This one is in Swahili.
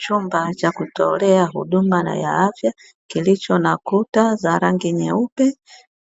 Chumba cha kutolea huduma ya afya kilicho na kuta za rangi nyeupe